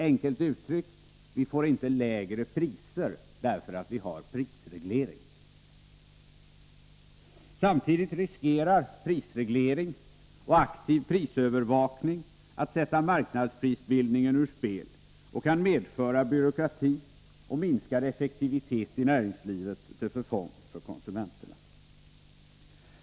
Enkelt uttryckt: Vi får inte lägre priser därför att vi har prisreglering. Samtidigt riskerar prisreglering och aktiv prisövervakning att sätta marknadsprisbildningen ur spel och medföra byråkrati samt minskad effektivitet i näringslivet till förfång för konsumenterna.